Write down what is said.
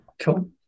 cool